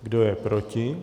Kdo je proti?